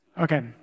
Okay